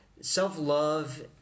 self-love